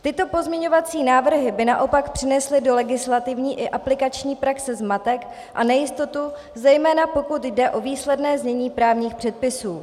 Tyto pozměňovací návrhy by naopak přinesly do legislativní i aplikační praxe zmatek a nejistotu, zejména pokud jde o výsledné znění právních předpisů.